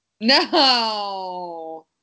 No